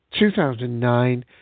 2009